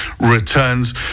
returns